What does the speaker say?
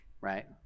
right